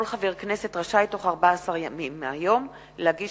כל חבר כנסת רשאי בתוך 14 ימים מהיום להגיש